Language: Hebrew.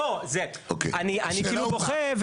אוקיי, השאלה הובנה.